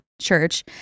church